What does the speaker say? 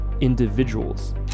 individuals